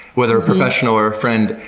whether a professional or a friend,